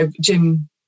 Jim